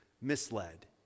misled